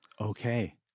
okay